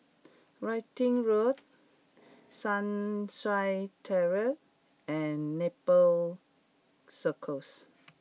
Wittering Road Sunshine Terrace and Nepal Circus